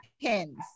pins